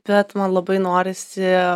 bet man labai norisi